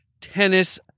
Tennis